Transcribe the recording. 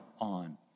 on